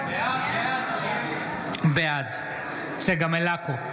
בעד צגה מלקו,